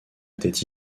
était